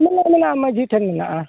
ᱛᱤᱱᱟᱹᱜ ᱢᱮᱱᱟᱜᱼᱟ ᱢᱟᱹᱡᱷᱤ ᱴᱷᱮᱱ ᱢᱮᱱᱟᱜᱼᱟ